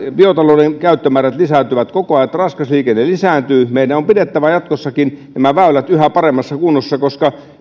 biotalouden käyttömäärät lisääntyvät koko ajan raskas liikenne lisääntyy meidän on pidettävä jatkossakin nämä väylät yhä paremmassa kunnossa koska